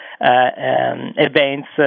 events